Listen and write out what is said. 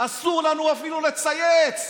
אסור לנו אפילו לצייץ.